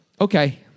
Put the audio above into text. Okay